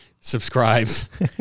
subscribes